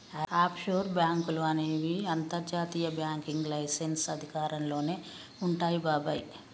offshore బాంకులు అనేవి అంతర్జాతీయ బ్యాంకింగ్ లైసెన్స్ అధికారంలోనే వుంటాయి బాబాయ్